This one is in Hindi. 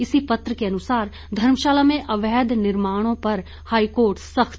इसी पत्र के अनुसार धर्मशाला में अवैध निर्माणों पर हाईकोर्ट सख्त